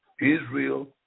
Israel